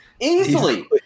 Easily